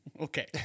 Okay